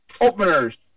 openers